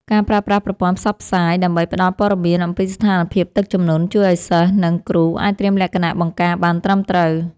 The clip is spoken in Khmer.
ការប្រើប្រាស់ប្រព័ន្ធផ្សព្វផ្សាយដើម្បីផ្តល់ព័ត៌មានអំពីស្ថានភាពទឹកជំនន់ ជួយឱ្យសិស្ស និង គ្រូអាចត្រៀមលក្ខណៈបង្ការបានត្រឹមត្រូវ។